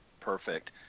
Perfect